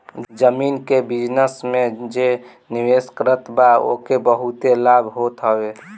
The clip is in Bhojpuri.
जमीन के बिजनस में जे निवेश करत बा ओके बहुते लाभ होत हवे